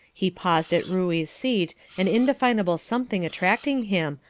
he paused at ruey's seat, an indefinable something attracting him,